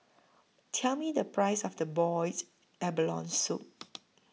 Tell Me The Price of The boiled abalone Soup